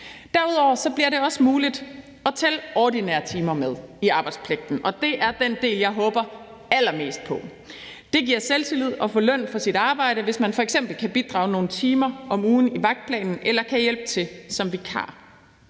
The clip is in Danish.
Derudover bliver det muligt at tælle ordinære timer med i arbejdspligten, og det er den del, jeg håber allermest på. Det giver selvtillid at få løn for sit arbejde, hvis man f.eks. kan bidrage nogle timer om ugen i vagtplanen eller kan hjælpe til som vikar.